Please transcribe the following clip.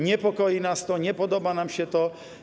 Niepokoi nas to, nie podoba nam się to.